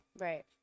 right